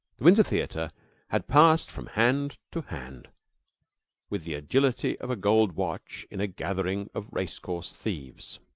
the windsor theater had passed from hand to hand with the agility of a gold watch in a gathering of race-course thieves.